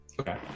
okay